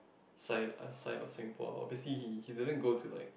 side a side of Singapore obviously he he didn't go to like